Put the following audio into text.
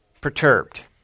perturbed